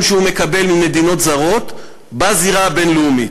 שהוא מקבל ממדינות זרות בזירה הבין-לאומית.